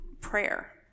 prayer